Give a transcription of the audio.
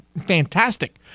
fantastic